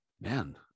Man